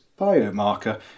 biomarker